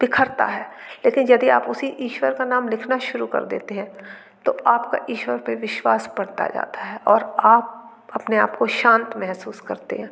बिखरता है लेकिन यदि आप उसी ईश्वर का नाम लिखना शुरू कर देते हैं तो आपका ईश्वर पर विश्वास बढ़ता जाता है और आप अपने आपको शांत महसूस करते हैं